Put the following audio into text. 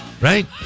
Right